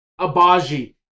Abaji